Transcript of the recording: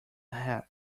half